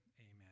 amen